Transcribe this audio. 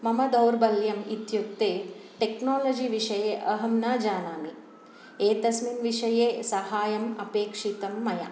मम दौर्बल्यम् इत्युक्ते टेक्नालजि विषये अहं न जानामि एतस्मिन् विषये सहायम् अपेक्षितं मया